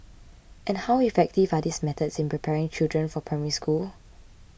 and how effective are these methods in preparing children for Primary School